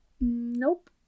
Nope